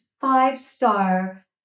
five-star